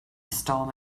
storm